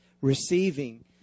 receiving